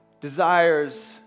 desires